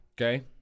Okay